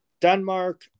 Denmark